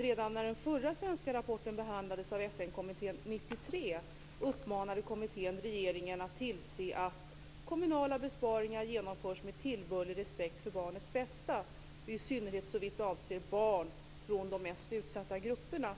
Redan när den förra svenska rapporten behandlades av FN-kommittén 1993 uppmanade kommittén regeringen att tillse att kommunala besparingar genomförs med tillbörlig respekt för barnets bästa, i synnerhet såvitt avser barn från de mest utsatta grupperna.